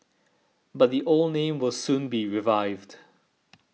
but the old name will soon be revived